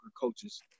coaches